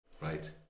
right